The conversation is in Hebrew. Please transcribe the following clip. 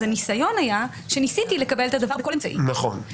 אז הניסיון היה שניסיתי לקבל את הדבר בכל האמצעים,